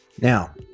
Now